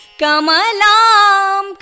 Kamalam